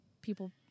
people